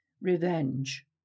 revenge